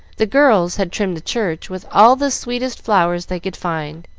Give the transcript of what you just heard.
the girls had trimmed the church with all the sweetest flowers they could find,